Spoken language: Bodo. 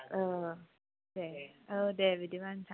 औ औ दे बिदिब्ला नोंथां